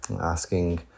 asking